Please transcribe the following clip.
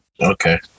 Okay